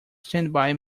standby